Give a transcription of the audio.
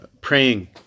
praying